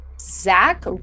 Zach